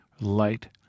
light